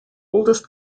oldest